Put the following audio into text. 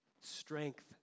Strength